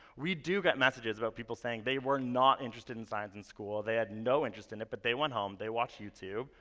we do get messages about people saying they were not interested in science in school, they had no interest in it, but they went home, they watched youtube,